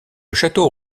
château